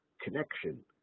connection